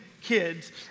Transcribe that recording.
kids